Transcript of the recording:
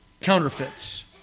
counterfeits